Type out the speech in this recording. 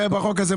אל תתעכב על השבת.